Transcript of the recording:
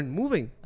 moving